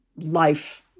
life